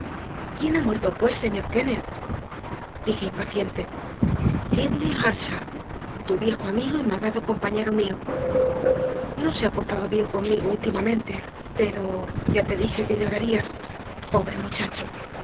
quién ha muerto pues señor kennett dije impaciente hindley earnshaw tu viejo amigo y malvado compañero mío no se ha portado bien conmigo últimamente pero ya te dije que llorarías pobre muchacho